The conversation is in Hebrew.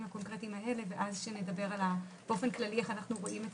הקונקרטיים האלה ואז נדבר באופן כללי איך אנחנו רואים את